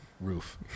roof